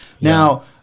Now